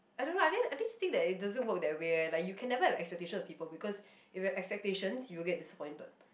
I don't know I think I just think that it doesn't work that way eh like you can never have expectations of people because if you have expectations you will get disappointed